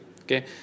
Okay